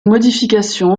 modification